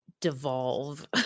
devolve